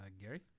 Gary